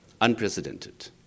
unprecedented